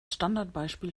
standardbeispiel